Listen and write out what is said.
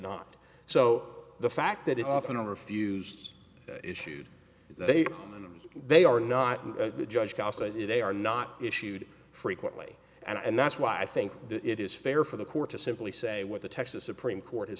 not so the fact that it often refused issued they they are not the judge costly they are not issued frequently and that's why i think it is fair for the court to simply say what the texas supreme court has